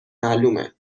معلومه